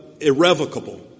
irrevocable